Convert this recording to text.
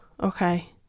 okay